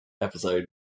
episode